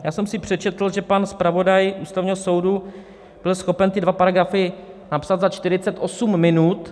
Já jsem si přečetl, že pan zpravodaj Ústavního soudu byl schopen ty dva paragrafy napsat za 48 minut.